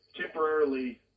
temporarily